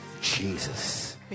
jesus